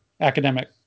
academic